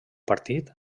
partit